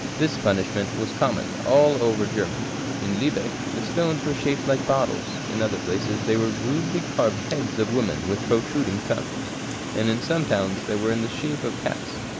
this punishment was common all over germany. in liibeck the stones were shaped like bottles, in other places they were rudely-carved heads of women with protruding tongues and in some towns they were in the shape of cats.